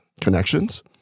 connections